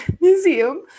museum